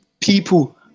People